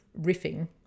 riffing